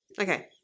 Okay